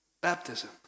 Baptism